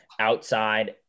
outside